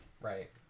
right